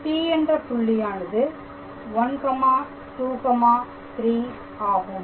P என்ற புள்ளியானது 123 ஆகும்